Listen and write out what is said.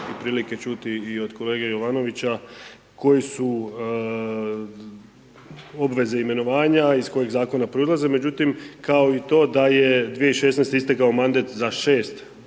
prilike čuti i od kolege Jovanovića, koji su obaveze i imenovanja i iz kojeg zakona proizlaze, međutim, kao i to da je 2016. istekao mandat za 6